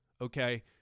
okay